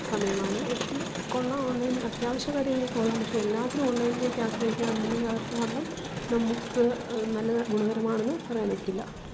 സമയമാണ് പക്ഷെ കൊള്ളാം ഓണ്ലൈന് അത്യാവശ്യം കാര്യങ്ങള്ക്ക് കൊള്ളാം പക്ഷെ എല്ലാത്തിനും ഓണ്ലൈനിനൊക്കെ ആശ്രയിക്കുവാനാണെന്നുണ്ടെങ്കില് അതെത്രമാത്രം നമുക്ക് നല്ലത് ഗുണകരമാണെന്ന് പറയാനൊക്കില്ല